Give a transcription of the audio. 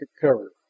cover